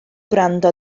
gwrando